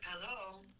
Hello